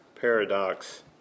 paradox